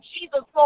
Jesus